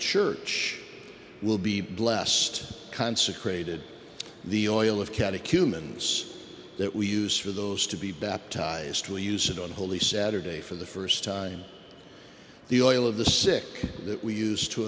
church will be blessed consecrated the oil of catechumens that we use for those to be baptized to use it on holy saturday for the st time the oil of the sick that we use to